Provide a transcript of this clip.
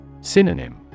Synonym